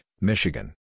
Michigan